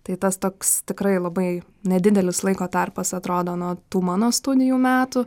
tai tas toks tikrai labai nedidelis laiko tarpas atrodo nuo tų mano studijų metų